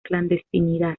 clandestinidad